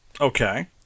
Okay